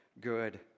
good